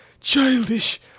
Childish